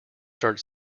start